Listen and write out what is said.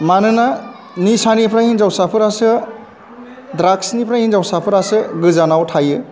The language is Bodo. मानोना निसानिफ्राय हिन्जावसाफोरासो ड्राग्सनिफ्राय हिन्जावसाफोरासो गोजानाव थायो